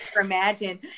imagine